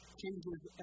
changes